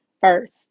first